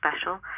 special